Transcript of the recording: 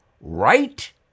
right